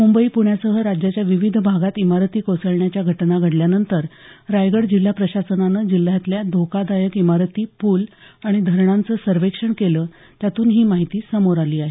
मुंबई पुण्यासह राज्याच्या विविध भागात इमारती कोसळण्याच्या घटना घडल्यानंतर रायगड जिल्हा प्रशासनानं जिल्हायतल्या धोकादायक इमारती पूल आणि धरणांचं सर्वेक्षण केलं त्यातून ही माहिती समोर आली आहे